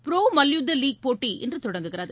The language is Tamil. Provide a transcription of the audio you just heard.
ப்ரோ மல்யுத்த லீக் போட்டி இன்று தொடங்குகிறது